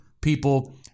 people